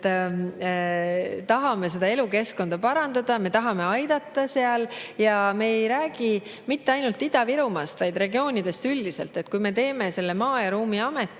tahame seal elukeskkonda parandada, me tahame seal aidata. Me ei räägi mitte ainult Ida-Virumaast, vaid regioonidest üldiselt. Kui me teeme selle maa‑ ja ruumiameti,